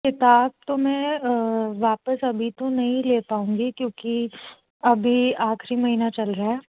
किताब तो मैं वापस अभी तो नहीं ले पाऊँगी क्योंकि अभी आखिरी महीना चल रहा है